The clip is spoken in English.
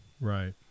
right